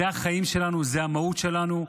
זה החיים שלנו, זה המהות שלנו.